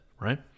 right